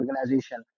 organization